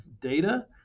data